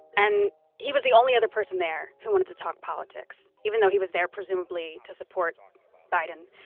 and he was the only other person there who wanted to talk politics, even though he was there presumably to support biden.